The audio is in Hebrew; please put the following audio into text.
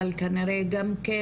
אבל כנראה גם כן,